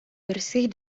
bersih